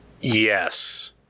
Yes